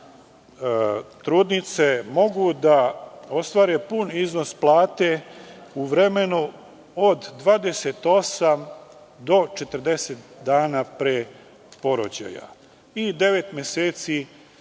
trudnice mogu da ostvare pun iznos plate u vremenu od 28 do 40 dana pre porođaja i devet meseci